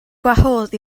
gwahodd